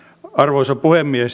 arvoisa puhemies